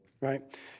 right